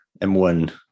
M1